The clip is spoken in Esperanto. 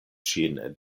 ŝin